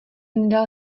nedal